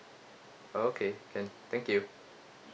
okay can thank you